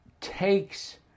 takes